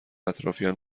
اطرافیان